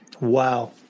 Wow